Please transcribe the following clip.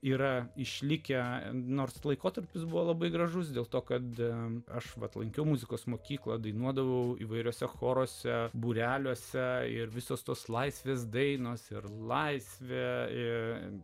yra išlikę nors laikotarpis buvo labai gražus dėl to kada aš vat lankiau muzikos mokyklą dainuodavau įvairiuose choruose būreliuose ir visos tos laisvės dainos ir laisvė ir